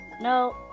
No